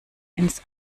ins